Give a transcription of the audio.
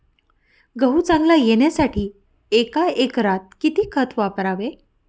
गहू चांगला येण्यासाठी एका एकरात किती खत वापरावे?